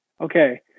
Okay